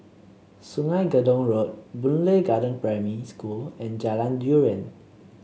Sungei Gedong Road Boon Lay Garden Primary School and Jalan Durian